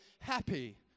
happy